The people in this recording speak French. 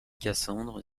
cassandre